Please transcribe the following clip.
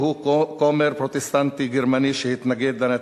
כומר פרוטסטנטי גרמני שהתנגד לנאציזם.